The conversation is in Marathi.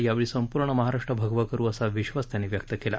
यावेळी संपूर्ण महाराष्ट्र भगवं करु असा विश्वास त्यांनी व्यक्त केला